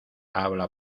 habla